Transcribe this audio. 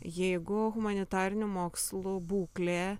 jeigu humanitarinių mokslų būklė